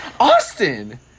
Austin